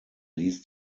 ließ